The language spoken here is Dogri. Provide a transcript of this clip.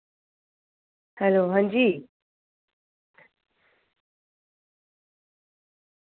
हैलो हां जी